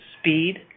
speed